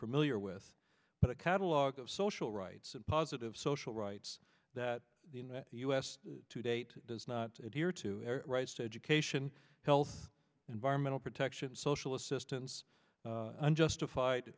familiar with but a catalog of social rights and positive social rights that the u s to date does not adhere to rights education health environmental protection social assistance unjustified